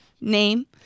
Name